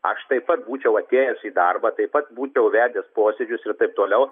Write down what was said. aš taip pat būčiau atėjęs į darbą taip pat būčiau vedęs posėdžius ir taip toliau